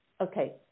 Okay